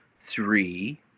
three